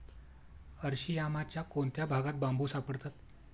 अरशियामाच्या कोणत्या भागात बांबू सापडतात?